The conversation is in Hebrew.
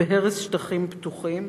בהרס שטחים פתוחים